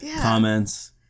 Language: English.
comments